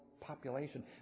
population